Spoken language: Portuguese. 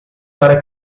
para